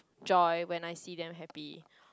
joy when I see them happy